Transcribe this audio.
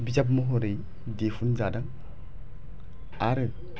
बिजाब महरै दिहुन जादों आरो